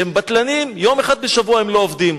שהם בטלנים, יום אחד בשבוע הם לא עובדים.